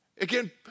Again